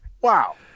Wow